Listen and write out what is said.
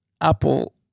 Apple